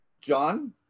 John